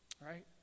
Right